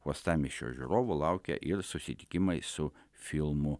uostamiesčio žiūrovų laukia ir susitikimai su filmų